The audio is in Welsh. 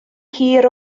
hir